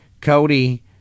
Cody